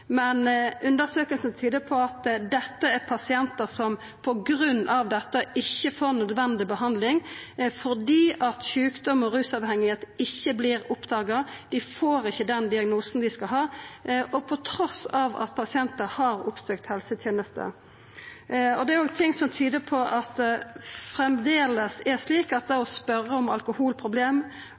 men undersøkinga tyder på at dette er pasientar som på grunn av dette ikkje får nødvendig behandling, fordi sjukdom og rusavhengigheit ikkje vert oppdaga. Dei får ikkje den diagnosen dei skal ha – på tross av at dei har oppsøkt helsetenesta. Det er ting som tyder på at det framleis er slik at det å spørja om alkoholproblem